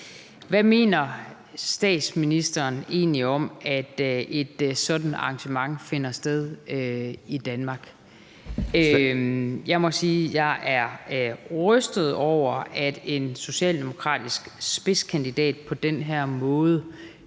Hvad mener statsministeren egentlig om, at et sådant arrangement finder sted i Danmark? Jeg må sige, at jeg er rystet over, at en socialdemokratisk spidskandidat på den her måde